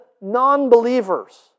non-believers